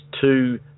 two